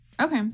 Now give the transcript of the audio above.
okay